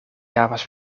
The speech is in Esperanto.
havas